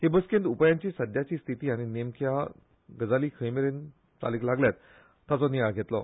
हे बसकेंत उपायांची सध्य स्थीती आनी नेमक्यो गजाली खंय मेरेन चालीक लागल्यात ताचो नियाळ घेतलो